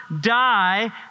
die